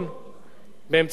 באמצעות המשטרה,